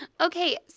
Okay